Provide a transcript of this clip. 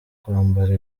kwambara